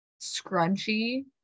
scrunchy